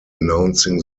announcing